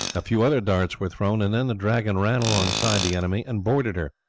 a few other darts were thrown and then the dragon ran alongside the enemy and boarded her.